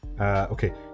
Okay